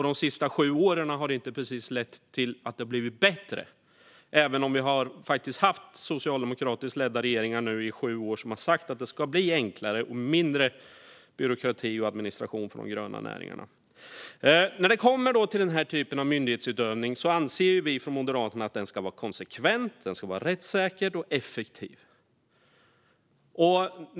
De sista sju åren har det inte precis blivit bättre, även om vi faktiskt har haft socialdemokratiskt ledda regeringar i sju år nu som har sagt att det ska bli enklare och mindre byråkrati och administration för de gröna näringarna. När det kommer till den här typen av myndighetsutövning anser vi från Moderaterna att den ska vara konsekvent, rättssäker och effektiv.